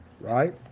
right